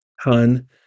hun